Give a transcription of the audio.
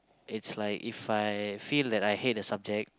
it's like If I feel that I hate a subject